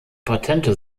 patente